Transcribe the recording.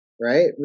right